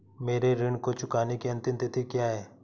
मेरे ऋण को चुकाने की अंतिम तिथि क्या है?